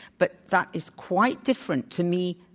but that is quite different to me,